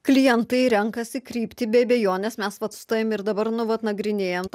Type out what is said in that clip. klientai renkasi kryptį be abejonės mes vat su tavim ir dabar nu vat nagrinėjam